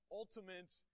ultimate